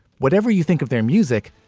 whatever you think of their music,